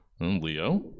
Leo